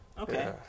Okay